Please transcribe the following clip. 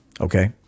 Okay